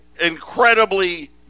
incredibly